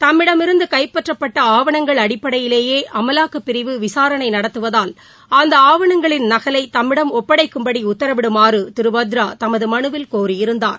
தம்மிடமிருந்து கைப்பற்றப்பட்ட ஆவணங்கள் அடிப்படையிலேயே அமாலக்கப்பிரிவு விசாரணை நடத்துவதால் அந்த ஆவணங்களின் நகலை தம்மிடம் ஒப்படைக்கும்படி உத்தரவிடுமாறு திரு வத்ரா தமது மனுவில் கோரியிருந்தார்